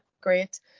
great